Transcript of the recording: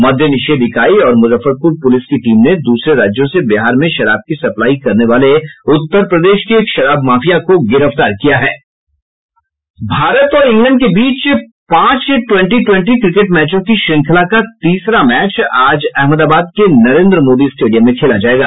मद्यनिषेध इकाई और मुजफ्फरपुर पुलिस की टीम ने दूसरे राज्यों से बिहार में शराब की सप्लाई करने वाले उत्तर प्रदेश के एक शराब माफिया को गिरफ्तार किया है भारत और इंग्लैंड के बीच पांच ट्वेंटी ट्वेंटी क्रिकेट मैचों की श्रृंखला का तीसरा मैच आज अहमदाबाद के नरेंद्र मोदी स्टेडियम में खेला जाएगा